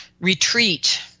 retreat